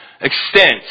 extent